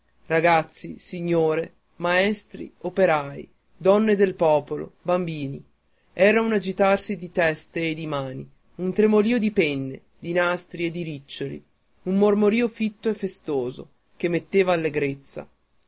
ragazzi signore maestri operai donne del popolo bambini era un agitarsi di teste e di mani un tremolio di penne di nastri e di riccioli un mormorio fitto e festoso che metteva